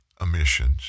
emissions